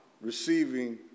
receiving